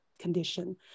condition